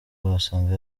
wasanga